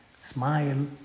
smile